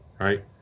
Right